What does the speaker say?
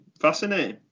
fascinating